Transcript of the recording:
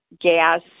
gas